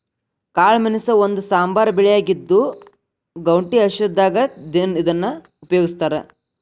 ಕಾಳಮೆಣಸ ಒಂದು ಸಾಂಬಾರ ಬೆಳೆಯಾಗಿದ್ದು, ಗೌಟಿ ಔಷಧದಾಗ ಇದನ್ನ ಉಪಯೋಗಸ್ತಾರ